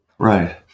Right